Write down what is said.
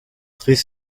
très